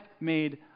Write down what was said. made